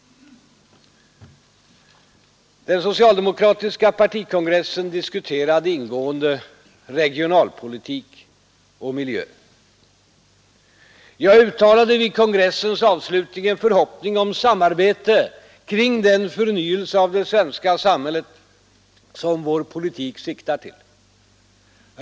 Den socialdemokratiska partikongressen diskuterade ingående regionalpolitik och miljö. Jag uttalade vid kongressens avslutning en förhoppning om samarbete kring den förnyelse av det svenska samhället som vår politik siktar till.